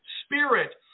spirit